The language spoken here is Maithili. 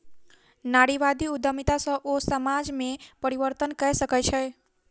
नारीवादी उद्यमिता सॅ ओ समाज में परिवर्तन कय सकै छै